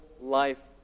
life